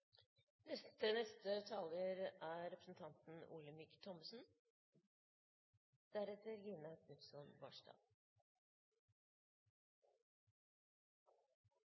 Neste taler er representanten Olemic Thommessen.